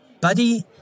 Buddy